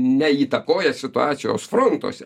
neįtakoja situacijos frontuose